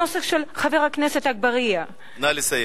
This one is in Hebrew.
חבר הכנסת אגבאריה, אני קורא אותך עוד פעם.